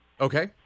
okay